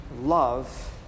love